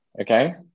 Okay